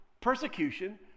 persecution